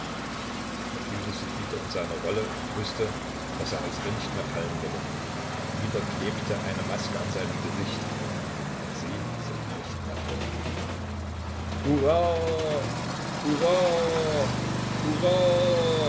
er fühlte sich wieder in seiner rolle und wußte daß er aus ihr nicht mehr fallen würde wieder klebte eine maske an seinem gesicht und sie sollte nicht mehr fallen